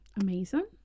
Amazing